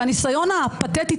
והניסיון הפתטי,